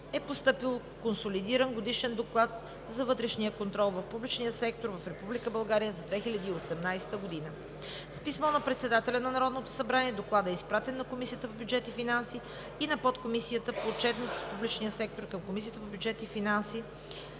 е постъпил консолидиран Годишен доклад за вътрешния контрол в публичния сектор в Република България за 2018 г. С писмо на председателя на Народното събрание Докладът е изпратен на Комисията по бюджет и финанси и на Подкомисията по отчетност в публичния сектор към Комисията по бюджет и финанси